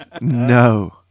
No